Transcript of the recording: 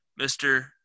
Mr